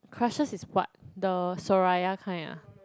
crushes is what the Soraya kind ah